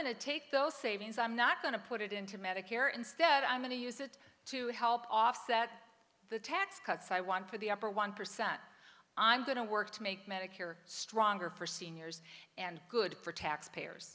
going to take those savings i'm not going to put it into medicare instead i'm going to use it to help offset the tax cuts i want for the upper one percent i'm going to work to make medicare stronger for seniors and good for taxpayers